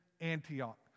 Antioch